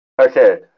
Okay